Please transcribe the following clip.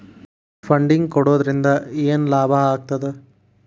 Funding ಕೊಡೊದ್ರಿಂದಾ ಏನ್ ಲಾಭಾಗ್ತದ?